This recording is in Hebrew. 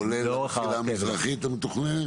כולל המסילה המזרחית המתוכננת?